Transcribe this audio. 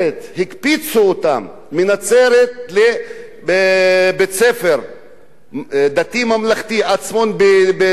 הקפיצו אותן מנצרת לבית-ספר ממלכתי-דתי "עצמון" בתל-אביב.